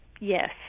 yes